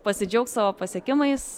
pasidžiaugt savo pasiekimais